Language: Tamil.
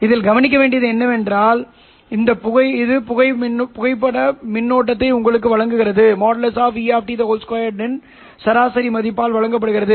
எனவே இந்த குறிப்பிட்ட வழக்கில் ωs ≠ωLO மற்றும் இடைநிலை அதிர்வெண் 0 இல் அல்ல வேறு சில அதிர்வெண்ணில் மையமாக உள்ளது